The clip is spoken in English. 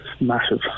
Massive